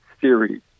series